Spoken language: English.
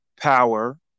power